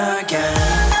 again